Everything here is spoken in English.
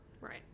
Right